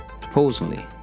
Supposedly